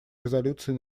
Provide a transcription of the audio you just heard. резолюции